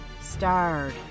starred